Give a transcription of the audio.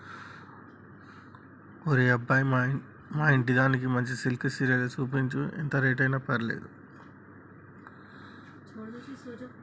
ఒరే అబ్బాయి మా ఇంటిదానికి మంచి సిల్కె సీరలు సూపించు, ఎంత రేట్ అయిన పర్వాలేదు